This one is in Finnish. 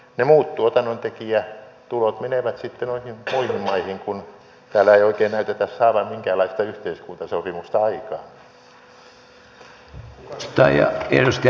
ne muut tuotannontekijätulot menevät sitten noihin muihin maihin kun täällä ei oikein näytetä saavan minkäänlaista yhteiskuntasopimusta aikaan